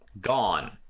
Gone